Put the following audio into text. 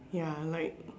ya like